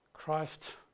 Christ